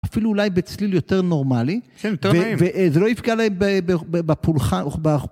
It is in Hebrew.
אפילו אולי בצליל יותר נורמלי, וזה לא יפגע להם בפולחן או ב...